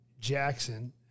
Jackson